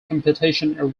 competition